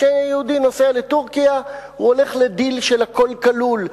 כשיהודי נוסע לטורקיה הוא הולך לדיל של "הכול כלול".